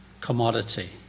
commodity